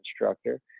instructor